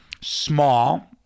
small